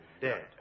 dead